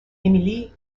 émilie